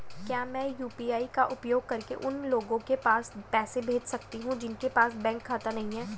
क्या मैं यू.पी.आई का उपयोग करके उन लोगों के पास पैसे भेज सकती हूँ जिनके पास बैंक खाता नहीं है?